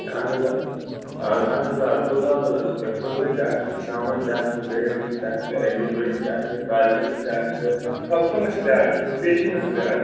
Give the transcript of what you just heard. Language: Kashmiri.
اہن حظ اہن حظ آ توٚت آب حظ آسوٕ صُبحٲے تہِ آسوٕ شامن تہِ آسوٕ دگرنس تہِ آسوٕ اَکہِ بجہِ بٲگیٚن تہِ کالچَنس تہِ آسوٕ خۄفتَنس تہِ آسوٕ پیٖشنَس تہِ آسوٕ